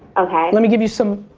okay. let me give you some,